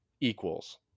equals